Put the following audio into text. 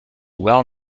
well